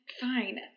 fine